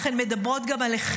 אך הן מדברות גם עליכם.